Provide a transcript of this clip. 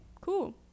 cool